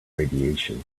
radiation